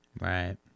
right